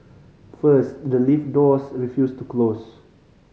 first the lift doors refused to close